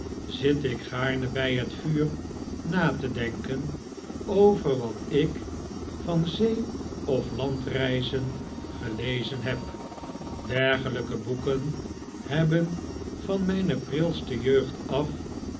zit ik gaarne bg het vuur na te denken over wat ik van zee oflandreizen gelezen heb dergelpe boeken hebben van mjjn prilste jeugd af